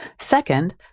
Second